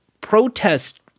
protest